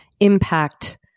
impact